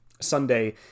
Sunday